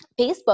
Facebook